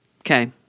Okay